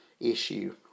issue